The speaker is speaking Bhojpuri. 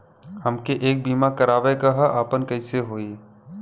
हमके एक बीमा करावे के ह आपन कईसे होई?